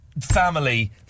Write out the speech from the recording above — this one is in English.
family